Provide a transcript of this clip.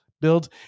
build